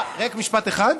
רק עוד משפט אחד.